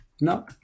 No